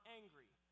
angry